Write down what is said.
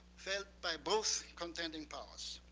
felt by both contending powers.